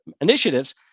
initiatives